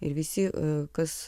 ir visi kas